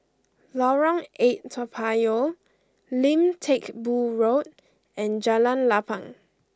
Lorong eight Toa Payoh Lim Teck Boo Road and Jalan Lapang